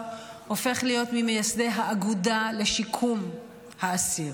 הופך להיות ממייסדי האגודה לשיקום האסיר.